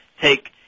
take